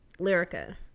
Lyrica